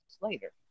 later